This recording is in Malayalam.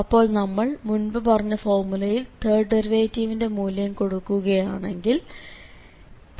അപ്പോൾ നമ്മൾ മുൻപു പറഞ്ഞ ഫോർമുലയിൽ തേർഡ് ഡെറിവേറ്റിവിന്റെ മൂല്യം കൊടുക്കയാണെങ്കിൽ 3